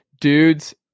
Dudes